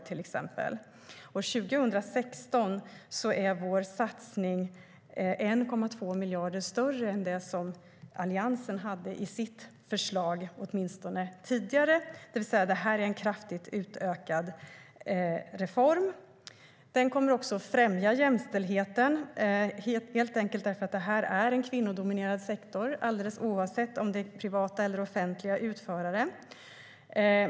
År 2016 är vår satsning 1,2 miljarder större än den som Alliansen hade i sitt förslag, åtminstone tidigare. Det är alltså en kraftigt utökad reform. Den kommer att främja jämställdheten därför att detta är en kvinnodominerad sektor, alldeles oavsett om det är privata eller offentliga utförare.